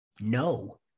no